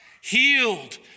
healed